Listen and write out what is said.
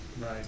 Right